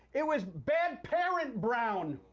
it was bad parent brown.